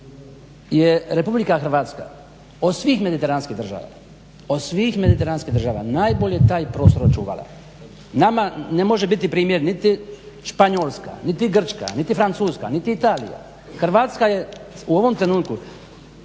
se reć da je RH od svih mediteranskih država, od svih mediteranskih država najbolje taj prostor očuvala. Nama ne može biti primjer niti Španjolska, niti Grčka, niti Francuska, niti Italija. Hrvatska je u ovom trenutku